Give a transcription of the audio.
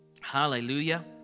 Hallelujah